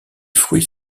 fruits